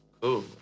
cool